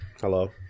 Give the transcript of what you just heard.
Hello